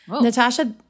Natasha